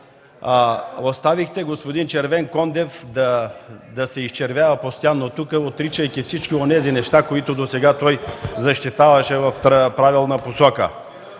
Оставихте господин Червенкондев да се изчервява постоянно тук, отричайки всички онези неща, които той досега защитаваше в правилна посока.